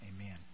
Amen